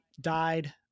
died